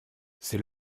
c’est